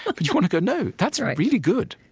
but you want to go, no, that's really good.